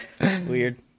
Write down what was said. Weird